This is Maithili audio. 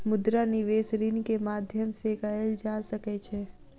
मुद्रा निवेश ऋण के माध्यम से कएल जा सकै छै